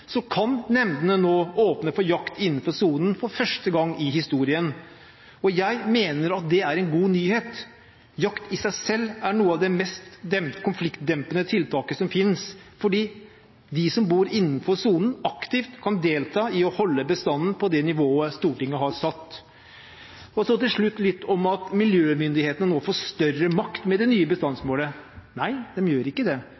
kan nemndene nå åpne for jakt innenfor sonen for første gang i historien. Jeg mener at det er en god nyhet. Jakt er i seg selv et av de mest konfliktdempende tiltakene som finnes, fordi de som bor innenfor sonen, aktivt kan delta i å holde bestanden på det nivået Stortinget har satt. Til slutt litt om at miljømyndighetene nå får større makt med det nye bestandsmålet: Nei, de gjør ikke det.